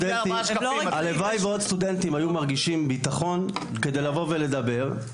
הלוואי ועוד סטודנטים היו מרגישים ביטחון כדי לבוא ולדבר,